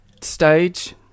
stage